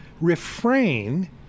refrain